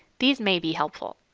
these may be helpful.